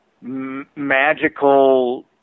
magical